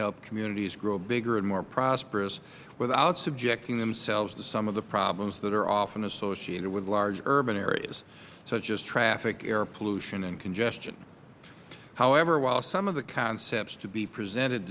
help communities grow bigger and more prosperous without subjecting themselves to some of the problems that are often associated with large urban areas such as traffic air pollution and congestion however while some of the concepts to be presented